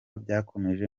byakomeje